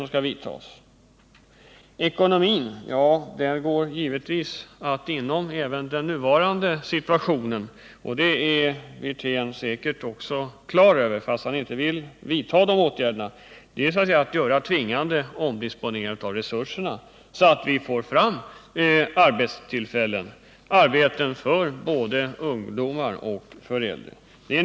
Vad gäller den ekonomiska sidan finns det givetvis möjlighet även i nuvarande situation — och det är herr Wirtén också säkerligen klar över, fast han inte vill vidta de åtgärderna — att vidta tvingande omdisponeringar av resurserna så att vi får fram arbetstillfällen för både ungdomar och äldre.